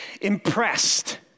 impressed